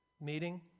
meeting